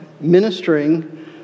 ministering